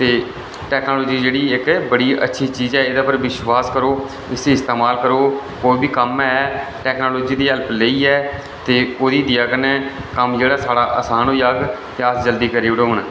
ते टेकनोलोजी जेह्ड़ी एक्क बड़ी अच्छी चीज ऐ एहदे पर विश्वास करो इसी इस्तेमाल करो कोई बी कम्म ऐ टेकनोलोजी दी हैल्प लेइयै ते ओह्दी देया कन्नै कम्म जेह्ड़ा साहढ़ा आसान होई जाह्ग ते अस जल्दी करी ओड़गे